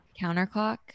Counterclock